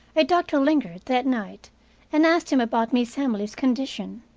a doctor lingard, that night and asked him about miss emily's condition.